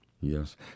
Yes